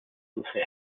doce